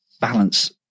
balance